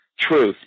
truth